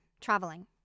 traveling